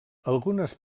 algunes